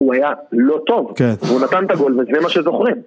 הוא היה לא טוב, כן, והוא נתן את הגול וזה מה שזוכרים.